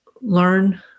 learn